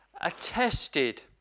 attested